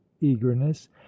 eagerness